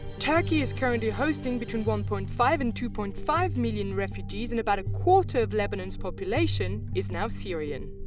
turkey is currently hosting between one point five and two point five million refugees and about a quarter of lebanon's population is now syrian.